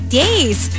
days